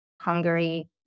Hungary